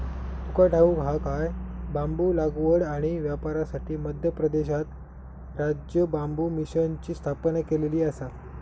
तुका ठाऊक हा काय?, बांबू लागवड आणि व्यापारासाठी मध्य प्रदेशात राज्य बांबू मिशनची स्थापना केलेली आसा